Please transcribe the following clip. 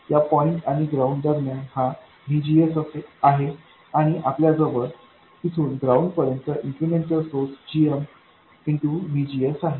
या पॉईंट आणि ग्राउंड दरम्यान हा VGSआहे आणि आपल्या जवळ तिथून ग्राउंडपर्यंत इन्क्रिमेंटल सोर्स gmVGSआहे